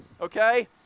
Okay